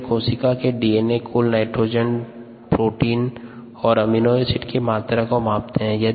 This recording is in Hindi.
इसमें कोशिका के डीएनए कुल नाइट्रोजन प्रोटीन और अमीनो एसिड्स की मात्रा को मापते है